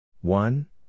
one